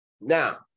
now